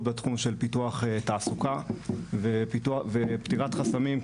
בתחום של פיתוח תעסוקה ופתירת חסמים.